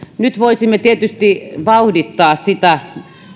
nyt voisimme tietysti vauhdittaa sitä